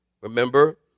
remember